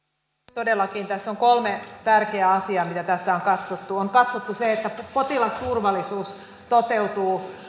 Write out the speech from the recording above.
todellakin tässä on kolme tärkeää asiaa mitä tässä on katsottu on katsottu sitä että potilasturvallisuus toteutuu